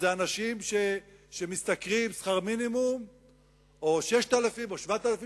זה אנשים שמשתכרים שכר מינימום או 6,000 או 7,000 שקלים,